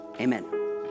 Amen